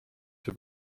võib